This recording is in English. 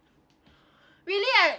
really like